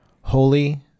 holy